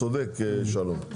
צודק שלום.